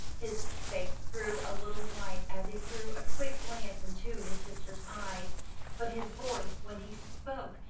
his face grew a little white as he threw a quick glance into his sister's eyes but his voice, when he spoke,